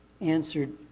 answered